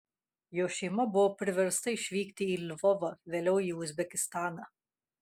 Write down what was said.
jo šeima buvo priversta išvykti į lvovą vėliau į uzbekistaną